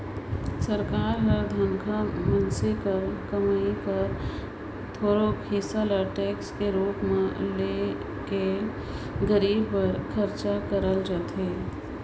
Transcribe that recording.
सरकार हर धनहा मइनसे कर कमई कर थोरोक हिसा ल टेक्स कर रूप में ले के गरीब बर खरचा करल जाथे